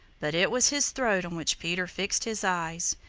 but it was his throat on which peter fixed his eyes.